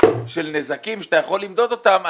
של נזקים שאתה יכול למדוד אותם,